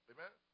Amen